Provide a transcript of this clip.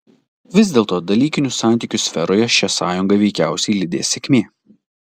vis dėlto dalykinių santykių sferoje šią sąjungą veikiausiai lydės sėkmė